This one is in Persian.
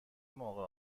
موقع